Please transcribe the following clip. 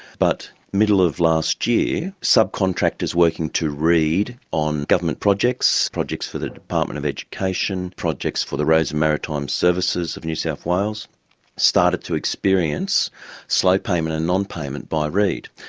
but middle of last year, subcontractors working to reed on government projects projects for the department of education, projects for the roads and maritime services of new south wales started to experience slow payment and non-payment by reed,